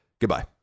goodbye